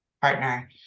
partner